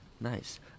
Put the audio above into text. Nice